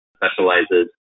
specializes